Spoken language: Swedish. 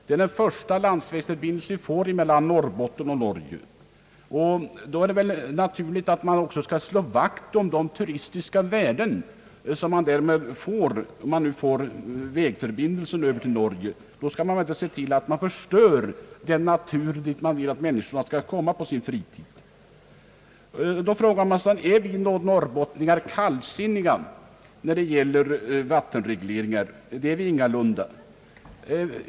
Det är den första landsvägsförbindelse vi får mellan Norrbotten och Norge, och då är det väl naturligt att man också bör slå vakt om de värden ur turistsynpunkt, som ligger i att vi får en vägförbindelse över till Norge. Det gäller då att se till att man inte förstör den natur till vilken man vill att människorna skall komma på sin fritid. Frågan är då: är vi norrbottningar kallsinniga när det gäller vattenregleringar? Det är vi ingalunda!